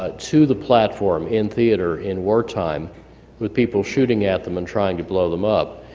ah to the platform in theater in wartime with people shooting at them, and trying to blow them up.